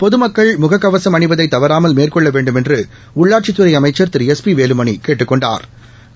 பொதமக்கள் முக கவசம் அணிவதை தவறாமல் மேற்கொள்ள வேண்டுமென்று உள்ளாட்சித்துறை அமைச்ச் திரு எஸ் பி வேலுமணி கேட்டுக் கொண்டாா்